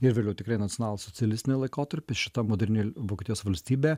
ir vėliau tikrai nacionalsocialistinį laikotarpį šita moderni vokietijos valstybė